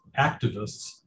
activists